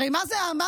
הרי מה זה מבטא?